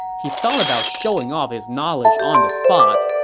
he thought about showing off his knowledge on the spot,